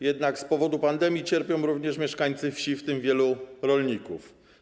Jednak z powodu pandemii cierpią również mieszkańcy wsi, w tym wielu rolników.